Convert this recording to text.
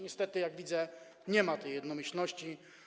Niestety, jak widzę, nie ma tu jednomyślności.